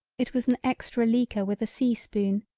it was an extra leaker with a see spoon,